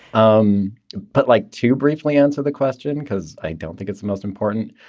um but like to briefly answer the question, because i don't think it's the most important.